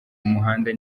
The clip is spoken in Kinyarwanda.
umuhanda